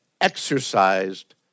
exercised